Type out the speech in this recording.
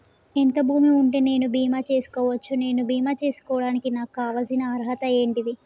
ఎంత భూమి ఉంటే నేను బీమా చేసుకోవచ్చు? నేను బీమా చేసుకోవడానికి నాకు కావాల్సిన అర్హత ఏంటిది?